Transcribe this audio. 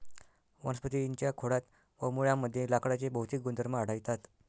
वनस्पतीं च्या खोडात व मुळांमध्ये लाकडाचे भौतिक गुणधर्म आढळतात